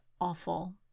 awful